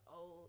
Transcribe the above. old